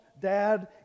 dad